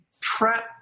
trap